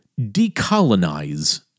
decolonize